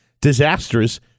disastrous